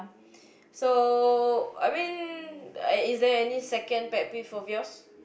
so I mean is there any second pet peeve of yours